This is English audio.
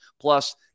Plus